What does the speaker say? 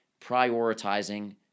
prioritizing